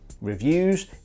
reviews